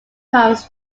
comes